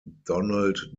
donald